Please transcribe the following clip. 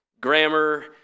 grammar